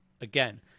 again